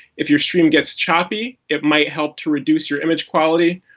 if your stream gets choppy, it may help to reduce your image quality.